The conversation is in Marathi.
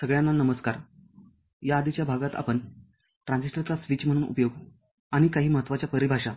सगळ्यांना नमस्कार या आधीच्या भागात आपण ट्रान्झिस्टरचा स्वीच म्हणून उपयोग आणि काही महत्त्वाच्या परिभाषा